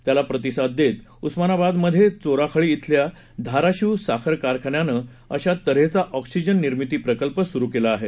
त्याला प्रतिसाद देत उस्मानाबादमधे चोराखळी इथल्या धाराशिव साखर कारखान्यांनं अशा तऱ्हेचा ऑक्सिजन निर्मिती प्रकल्प स्रु केला आहे